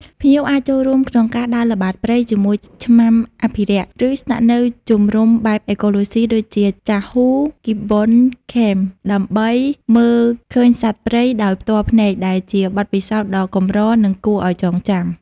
ភ្ញៀវអាចចូលរួមក្នុងការដើរល្បាតព្រៃជាមួយឆ្មាំអភិរក្ស ឬស្នាក់នៅជំរុំបែបអេកូឡូស៊ីដូចជា ចាហ៊ូ ហ្គីបប៊ូន ឃេម Jahoo Gibbon Camp ដើម្បីមើលឃើញសត្វព្រៃដោយផ្ទាល់ភ្នែក ដែលជាបទពិសោធន៍ដ៏កម្រនិងគួរឱ្យចងចាំ។